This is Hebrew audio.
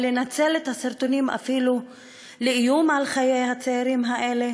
או לנצל את הסרטונים אפילו לאיום על חיי הצעירים האלה,